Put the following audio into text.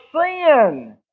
sin